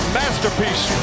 masterpiece